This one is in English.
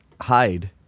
hide